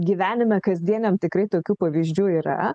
gyvenime kasdieniam tikrai tokių pavyzdžių yra